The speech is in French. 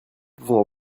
pouvons